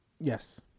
Yes